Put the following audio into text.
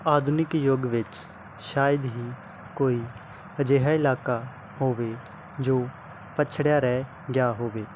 ਆਧੁਨਿਕ ਯੁੱਗ ਵਿੱਚ ਸ਼ਾਇਦ ਹੀ ਕੋਈ ਅਜਿਹਾ ਇਲਾਕਾ ਹੋਵੇ ਜੋ ਪੱਛੜਿਆ ਰਹਿ ਗਿਆ ਹੋਵੇ